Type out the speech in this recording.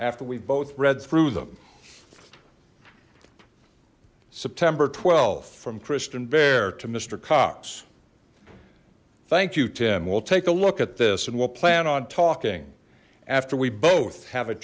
after we both read through them september twelve from christen bear mister cox thank you tim we'll take a look at this and we'll plan on talking after we both have a